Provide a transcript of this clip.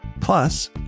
Plus